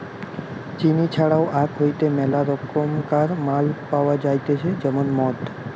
চিনি ছাড়াও আখ হইতে মেলা রকমকার মাল পাওয়া যাইতেছে যেমন মদ